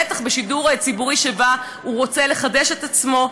בטח בשידור ציבורי שבא ורוצה לחדש את עצמו.